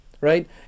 Right